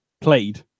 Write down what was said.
played